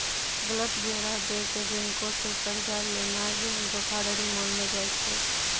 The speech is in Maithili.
गलत ब्योरा दै के बैंको से कर्जा लेनाय बैंक धोखाधड़ी मानलो जाय छै